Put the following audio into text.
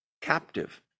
captive